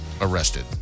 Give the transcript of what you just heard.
arrested